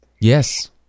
Yes